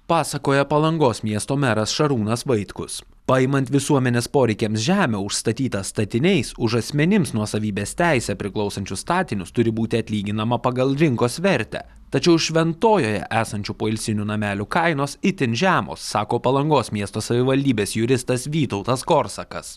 pasakoja palangos miesto meras šarūnas vaitkus paimant visuomenės poreikiams žemę užstatytą statiniais už asmenims nuosavybės teise priklausančius statinius turi būti atlyginama pagal rinkos vertę tačiau šventojoje esančių poilsinių namelių kainos itin žemos sako palangos miesto savivaldybės juristas vytautas korsakas